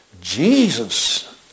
Jesus